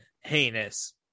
heinous